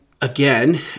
again